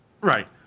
Right